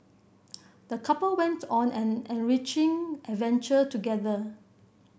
the couple went on an enriching adventure together